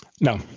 No